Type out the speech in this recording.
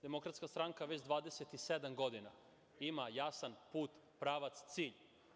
Demokratska stranka već 27 godina ima jasan put, pravac, cilj.